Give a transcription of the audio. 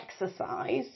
exercise